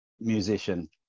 musician